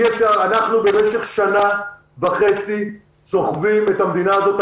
אנחנו במשך שנה וחצי סוחבים את המדינה הזאת,